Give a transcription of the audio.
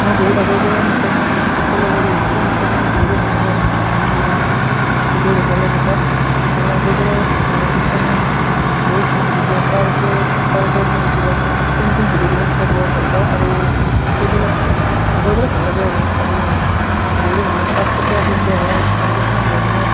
মই বহুত আগৰ পৰাই ইনষ্টাগ্ৰাম ফ'ল' কৰি আহিছোঁ ইনষ্টাগ্ৰামত বহুতো ধৰণৰ ভিডিঅ' দেখা পোৱা যায় তাত আৰু আগৰ পৰাই ইনষ্টাগ্ৰামত বহুত ধৰণৰ ভিডিঅ' দিয়ে তাৰ ওপৰত তাৰ ওপৰত মই বেছিভাগ পেইণ্টিং ভিডিঅ'বিলাক চাই বৰ ভালপাওঁ আৰু সেইবিলাক আগৰ পৰাই ভাল লাগে আৰু আৰু বহুতো ধৰণৰ তাত ফটো আপলোড দিয়া হয় আৰু কিছুমান ধৰণৰ